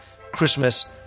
Christmas